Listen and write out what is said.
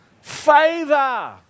favor